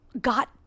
got